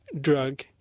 drug